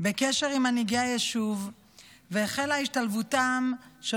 בקשר עם מנהיגי היישוב והחלה השתלבותם של